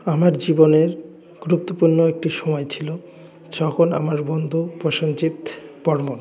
আমার জীবনের গুরুত্বপূর্ণ একটি সময় ছিল যখন আমার বন্ধু প্রসেনজিত বর্মণ